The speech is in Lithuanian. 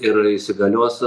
ir įsigalios